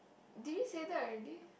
did we say that already